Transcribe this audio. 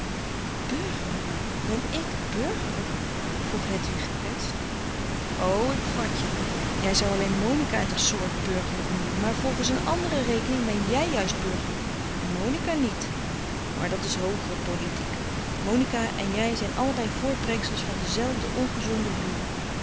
burgerlijk ben ik burgerlijk vroeg hedwig gekwetst o ik vat je jij zou alleen monica en der soort burgerlijk noemen maar volgens een andere rekening ben jij juist burgerlijk en monica niet maar dat s hoogere politiek monica en jij zijn allebei voortbrengsels van dezelfde ongezonde bloei